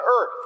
earth